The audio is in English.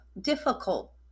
difficult